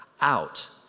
out